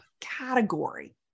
category